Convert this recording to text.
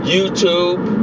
YouTube